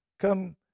come